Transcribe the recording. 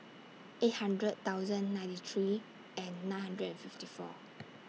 eight hundred thousand ninety three and nine hundred and fifty four